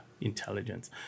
intelligence